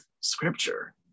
scripture